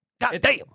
goddamn